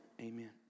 amen